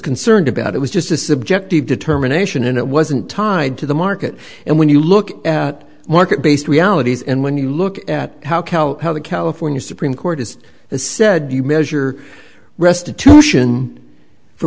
concerned about it was just a subjective determination and it wasn't tied to the market and when you look at market based realities and when you look at how cal how the california supreme court is the said you measure restitution for